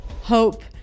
hope